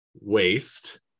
waste